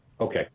Okay